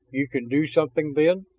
you can do something, then?